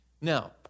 Now